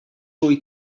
wyt